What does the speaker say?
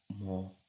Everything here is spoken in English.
more